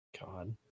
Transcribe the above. God